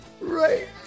Right